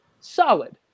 solid